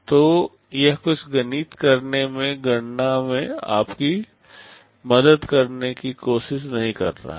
तो यह कुछ गणित करने में गणना में आपकी मदद करने की कोशिश नहीं कर रहा है